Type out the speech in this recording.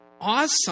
Awesome